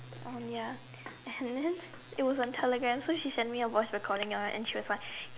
um ya and then it was on telegram so she sent me a voice recording of it and she was like